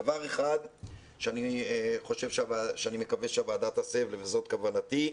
דבר אחד שאני מקווה שהוועדה תעשה, וזאת כוונתי,